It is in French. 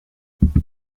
vous